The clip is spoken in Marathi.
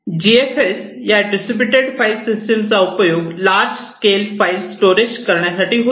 जी एफ एस या डिस्ट्रीब्यूटेड फाईल सिस्टीम चा उपयोग लार्ज स्केल फाईल स्टोरेज करण्यासाठी होतो